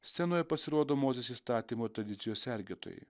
scenoje pasirodo mozės įstatymo tradicijos sergėtojai